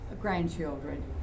grandchildren